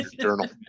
journal